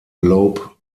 globe